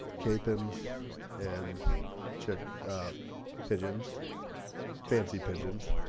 k pins and check pigeons fancy fancy pigeons